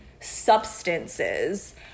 substances